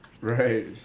Right